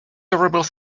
terrible